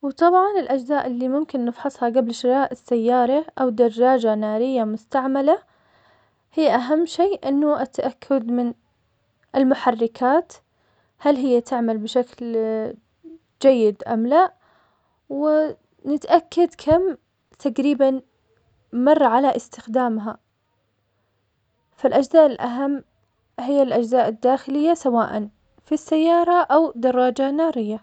وطبعاً الأجزار اللي ممكن نفحصها قبل شراء السيارة, أو دراجة نارية مستعملة, هي أهم شئ إنه التأكد من المحركات, هل هي تعمل تعمل بشكل جيد أم لا؟ ونتأكد كم تقريباً مر على إستخدامها, فالأجزاء الأهم, هي الأجزاء الداخلية, سواء في السيارة أو دراجة دارية.